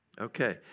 Okay